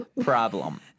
problem